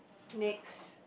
next